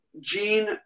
gene